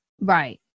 Right